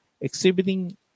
exhibiting